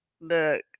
Look